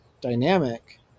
dynamic